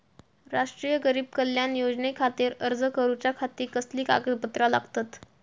राष्ट्रीय गरीब कल्याण योजनेखातीर अर्ज करूच्या खाती कसली कागदपत्रा लागतत?